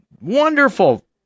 Wonderful